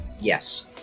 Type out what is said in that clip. yes